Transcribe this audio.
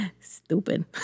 stupid